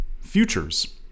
Futures